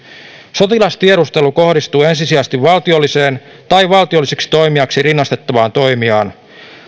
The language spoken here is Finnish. sotilastiedustelu kohdistuu ensisijaisesti valtiolliseen tai valtiolliseksi toimijaksi rinnastettavaan toimijaan